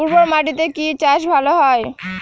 উর্বর মাটিতে কি চাষ ভালো হয়?